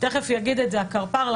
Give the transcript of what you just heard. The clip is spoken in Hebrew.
תכף יגיד את זה הקרפ"ר.